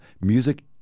Music